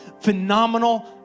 phenomenal